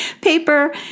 Paper